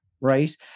Right